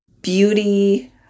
beauty